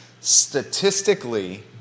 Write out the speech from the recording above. Statistically